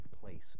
place